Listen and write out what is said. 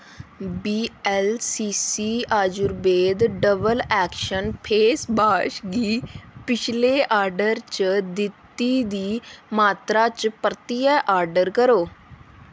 VLCC Ayurveda double action face wash गी पिछले order च दित्ती दी मात्तरा च परतियै आर्डर करो